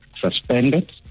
suspended